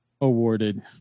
Awarded